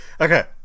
Okay